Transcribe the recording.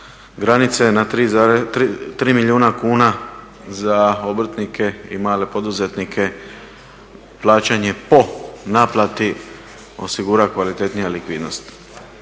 granice na 3 milijuna kuna za obrtnike i male poduzetnike plaćanje po naplati osigura kvalitetnija likvidnost.